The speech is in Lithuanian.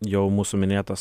jau mūsų minėtas